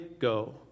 go